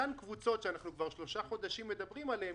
אותן קבוצות שאנחנו כבר שלושה חודשים מדברים עליהן